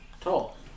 tall